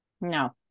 No